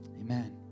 Amen